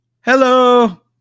Hello